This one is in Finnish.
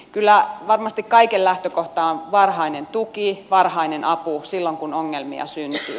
kyllä varmasti kaiken lähtökohta on varhainen tuki varhainen apu silloin kun ongelmia syntyy